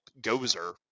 Gozer